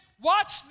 watch